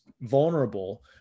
vulnerable